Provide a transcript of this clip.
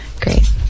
Great